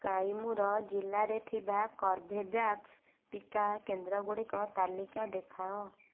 କାଇମୁର ଜିଲ୍ଲାରେ ଥିବା କର୍ବେଭ୍ୟାକ୍ସ ଟିକା କେନ୍ଦ୍ର ଗୁଡ଼ିକର ତାଲିକା ଦେଖାଅ